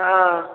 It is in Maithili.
हँ